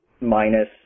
minus